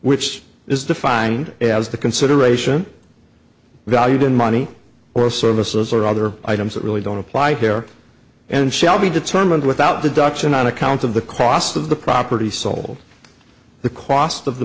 which is defined as the consideration valued in money or services or other items that really don't apply here and shall be determined without the doctrine on account of the cost of the property sold the cost of the